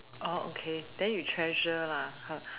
orh okay then you treasure lah